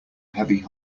heavy